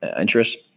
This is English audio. interest